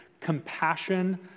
compassion